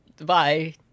Bye